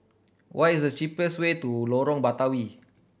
what is the cheapest way to Lorong Batawi